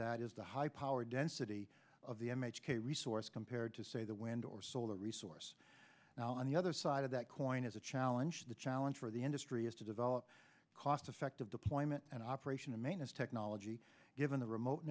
that is the high power density of the m h k resource compared to say the wind or solar resource now on the other side of that coin is a challenge the challenge for the industry is to develop cost effective deployment and operation and maintenance technology given the remote